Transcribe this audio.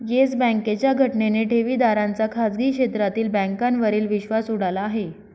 yes बँकेच्या घटनेने ठेवीदारांचा खाजगी क्षेत्रातील बँकांवरील विश्वास उडाला आहे